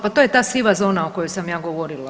Pa to je ta siva zona o kojoj sam ja govorila.